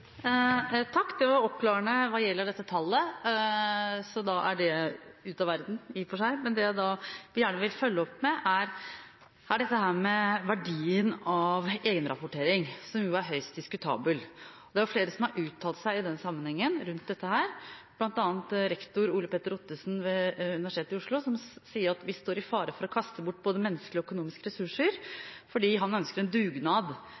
da er det ute av verden, i og for seg, men det jeg gjerne vil følge opp med, er dette med verdien av egenrapportering, som jo er høyst diskutabel. Det er flere som har uttalt seg i den sammenhengen, rundt dette, bl.a. rektor Ole Petter Ottersen ved Universitetet i Oslo, som sier at vi står i fare for å kaste bort både menneskelige og økonomiske ressurser. Han ønsker en dugnad